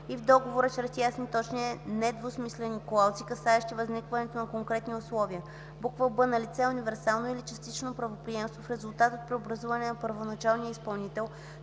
и в договора чрез ясни, точни и недвусмислени клаузи, касаещи възникването на конкретни условия; б) налице е универсално или частично правоприемство в резултат от преобразуване на първоначалния изпълнител,